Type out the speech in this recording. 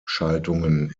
schaltungen